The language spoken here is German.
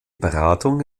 beratung